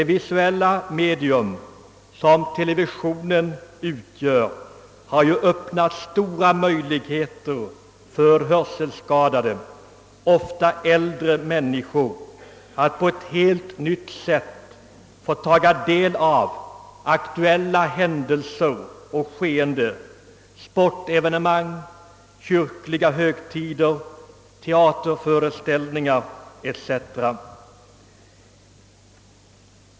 Det visuella medium som TV utgör har ju öppnat stora möjligheter för hörselskadade, ofta äldre människor, att på ett helt nytt sätt få ta del av aktuella händelser och skeenden — sportevenemang, kyrkliga högtider, tearterföreställningar o. s. v.